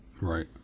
Right